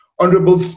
Honourable